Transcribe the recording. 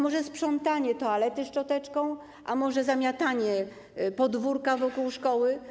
Może sprzątanie toalety szczoteczką, a może zamiatanie podwórka wokół szkoły?